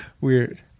Weird